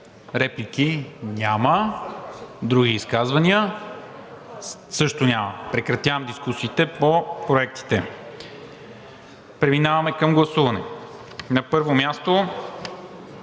Реплики? Няма. Други изказвания? Също няма. Прекратявам дискусиите по проектите. Преминаваме към гласуване. На първо място